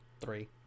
three